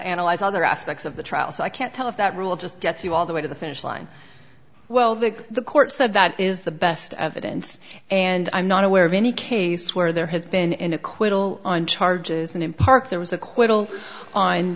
analyze other aspects of the trial so i can't tell if that rule just gets you all the way to the finish line well that the court said that is the best evidence and i'm not aware of any case where there has been an acquittal on charges and in part there was acqui